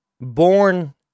born